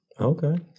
Okay